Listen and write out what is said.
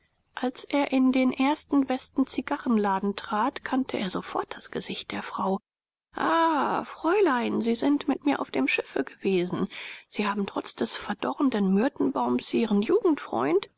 als er in den ersten besten zigarrenladen trat kannte er sofort das gesicht der frau ah fräulein sie sind mit mir auf dem schiffe gewesen sie haben trotz des verdorrenden myrtenbaums ihren jugendfreund